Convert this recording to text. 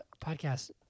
podcast